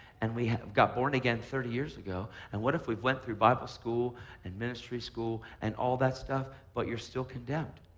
and we got born again thirty years ago, and what if we've went through bible school and ministry school and all that stuff, but you're still condemned?